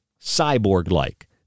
cyborg-like